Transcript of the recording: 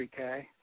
3K